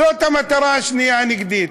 זאת המטרה השנייה הנגדית.